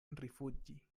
rifuĝi